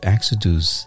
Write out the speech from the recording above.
Exodus